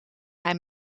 hij